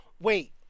Wait